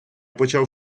почав